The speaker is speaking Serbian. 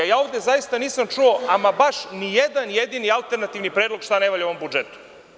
Ja ovde zaista nisam čuo ama baš ni jedan jedini alternativni predlog šta ne valja u ovom budžetu.